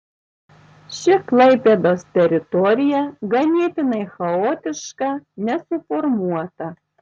ši klaipėdos teritorija ganėtinai chaotiška nesuformuota